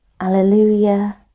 Alleluia